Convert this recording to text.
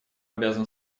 обязан